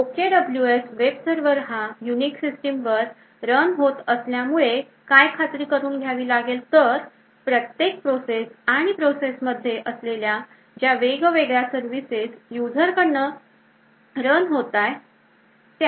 OKWS web server हा unique system वर run होत असल्यामुळे काय खात्री करून घ्यावी लागेल तर प्रत्येक प्रोसेस आणि प्रोसेस मध्ये असलेल्या ज्या वेगवेगळ्या सर्विसेस युजर्सकडून रन होताय